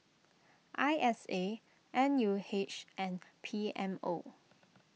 I S A N U H and P M O